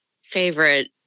favorite